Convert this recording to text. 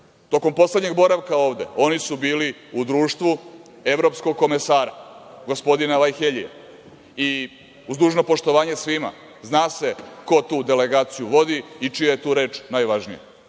Tokom poslednjeg boravka ovde oni su bili u društvu evropskog komesara, gospodina Varheljija i uz dužno poštovanje svima, zna se ko tu delegaciju vodi i čija je tu reč najvažnija.